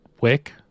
Wick